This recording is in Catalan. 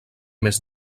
més